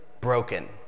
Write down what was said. broken